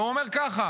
והוא אומר ככה: